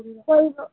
पहिरो